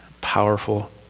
powerful